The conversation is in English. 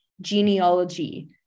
genealogy